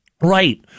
Right